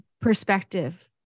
perspective